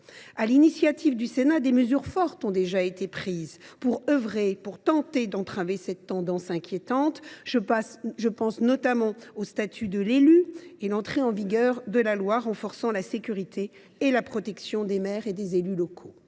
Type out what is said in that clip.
l’initiative du Sénat, des mesures fortes ont déjà été prises pour tenter d’entraver cette tendance inquiétante. Je pense notamment au statut de l’élu et à l’entrée en vigueur de la loi renforçant la sécurité et la protection des maires et des élus locaux.